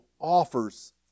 offers